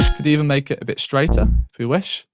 could even make it a bit straighter, if we wish.